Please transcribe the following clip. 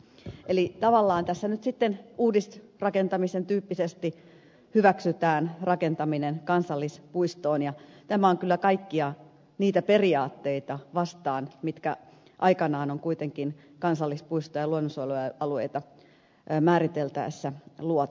eli tavallaan tässä nyt sitten uudisrakentamisen tyyppisesti hyväksytään rakentaminen kansallispuistoon ja tämä on kyllä kaikkia niitä periaatteita vastaan mitkä aikanaan on kuitenkin kansallispuisto ja luonnonsuojelualueita määriteltäessä luotu